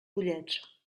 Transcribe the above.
pollets